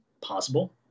possible